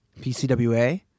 pcwa